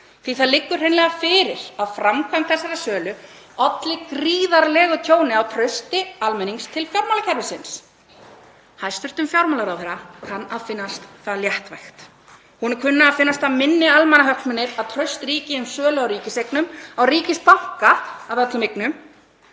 því það liggur hreinlega fyrir að framkvæmd þessarar sölu olli gríðarlegu tjóni á trausti almennings til fjármálakerfisins. Hæstv. fjármálaráðherra kann að finnast það léttvægt. Honum kann að finnast það minni almannahagsmunir að traust ríki um sölu á ríkiseignum, á ríkisbanka af öllum eignum.